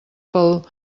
pel